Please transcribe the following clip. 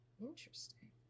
Interesting